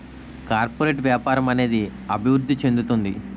corporate వ్యాపారం అనేది అభివృద్ధి చెందుతుంది